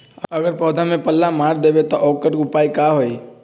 अगर पौधा में पल्ला मार देबे त औकर उपाय का होई?